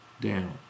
down